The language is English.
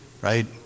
right